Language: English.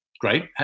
great